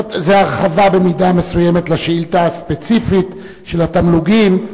זאת הרחבה במידה מסוימת לשאילתא הספציפית של התמלוגים.